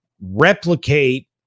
replicate